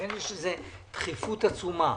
לכן יש לזה דחיפות עצומה.